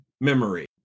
memory